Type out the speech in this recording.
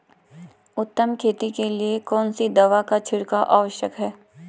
उत्तम खेती के लिए कौन सी दवा का छिड़काव आवश्यक है?